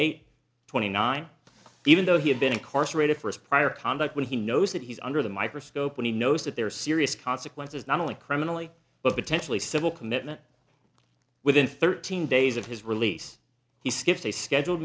eight twenty nine even though he had been incarcerated for his prior conduct when he knows that he's under the microscope and he knows that there are serious consequences not only criminally but potentially civil commitment within thirteen days of his release he skips a scheduled